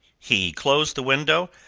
he closed the window,